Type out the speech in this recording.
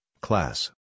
class